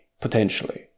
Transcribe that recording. potentially